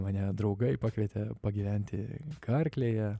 mane draugai pakvietė pagyventi karklėje